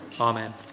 Amen